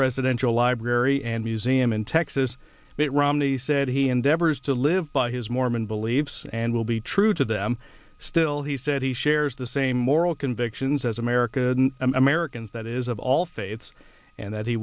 presidential library and museum in texas mitt romney said he endeavors to live by his mormon beliefs and will be true to them still he said he shares the same moral convictions as america americans that is of all faiths and that he